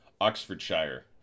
Oxfordshire